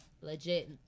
Legit